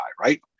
right